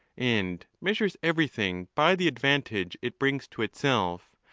and measures everything by the advantage it brings to itself,